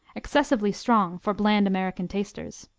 excessively strong for bland american tasters.